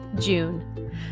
June